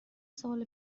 سال